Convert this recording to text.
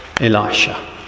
Elisha